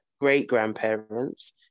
great-grandparents